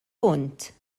punt